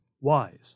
wise